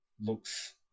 looks